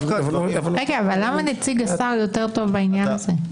למה נציג השר יותר טוב בעניין הזה?